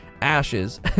Ashes